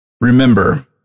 Remember